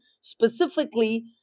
specifically